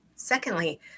Secondly